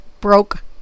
Broke